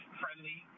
friendly